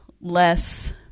less